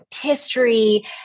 history